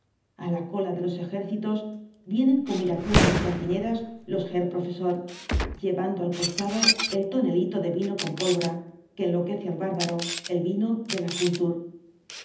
a la cola de los ejércitos vienen como iracundas cantineras los herr piofessor llevando al costado el tonelito de vino con pólvora que enloquece al bárbaro el vino de la kultnr